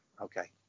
okay